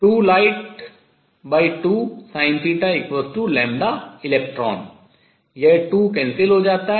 यह 2 cancel cancel हो जाता है